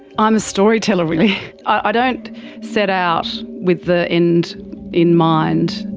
i'm a storyteller really, i don't set out with the end in mind.